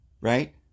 right